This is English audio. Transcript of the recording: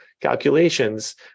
calculations